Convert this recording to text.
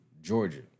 Georgia